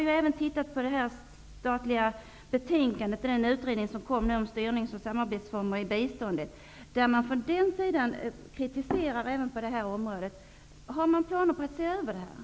Jag har tagit del av betänkandet från utredningen om styrnings och samarbetsformer i biståndet, i vilket det framförs kritik på det här området. Har man några planer på att se över dessa frågor?